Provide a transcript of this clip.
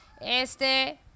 Este